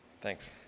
thanks